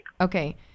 Okay